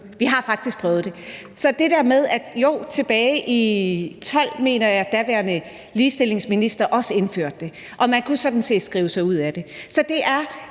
vi har faktisk prøvet det. Jeg mener, at det var tilbage i 2012, at den daværende ligestillingsminister også indførte det, og man kunne sådan set skrive sig ud af det. Som jeg også